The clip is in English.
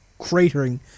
cratering